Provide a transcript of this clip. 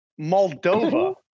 Moldova